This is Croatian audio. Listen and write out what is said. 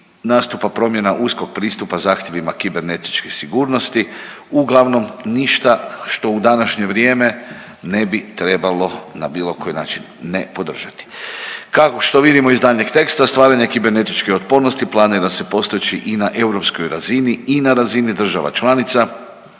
nastupa promjena uskog pristupa zahtjevima kibernetičke sigurnosti uglavnom ništa što u današnje vrijeme ne bi trebalo na bilo koji način ne podržati. Kao što vidimo iz daljnjeg teksta stvaranje kibernetičke otpornosti planira se postići i na europskoj razini i na razini država članica